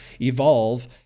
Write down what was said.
evolve